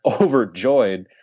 overjoyed